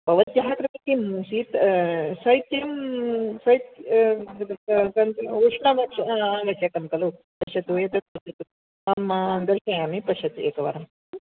भवत्याः कृते किम् शीत शैत्यं शै उष्णम् आवश्यकं खलु पश्यतु एतत् अहं दर्शयामि पश्यतु एकवारम् ह्म्